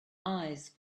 eyes